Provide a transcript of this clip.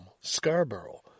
Scarborough